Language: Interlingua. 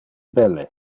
belle